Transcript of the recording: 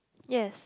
yes